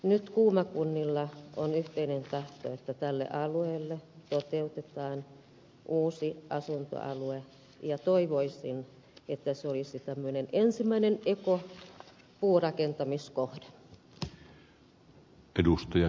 nyt kulmakunnilla on yhteinen tahto että tälle alueelle toteutetaan uusi asuntoalue ja toivoisin että se olisi tämmöinen ensimmäinen ekopuurakentamiskohde